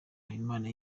habimana